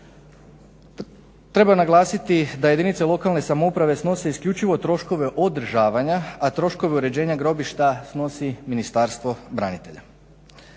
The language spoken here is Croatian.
Treba naglasiti da jedinice lokalne samouprave snose isključivo troškove održavanja, a troškove uređenja grobišta snosi Ministarstvo branitelja.